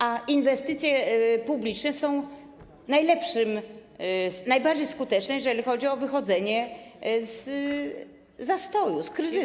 A inwestycje publiczne są najlepsze, najbardziej skuteczne, jeżeli chodzi o wychodzenie z zastoju, z kryzysu.